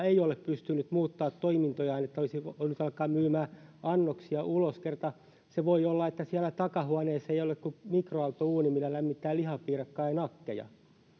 ei ole pystynyt muuttamaan toimintojaan jotta olisi voinut alkaa myymään annoksia ulos kerta se voi olla että siellä takahuoneessa ei ole kuin mikroaaltouuni millä lämmittää lihapiirakkaa ja nakkeja